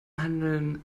handeln